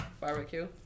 barbecue